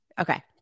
Okay